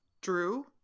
Drew